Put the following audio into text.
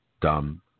dumb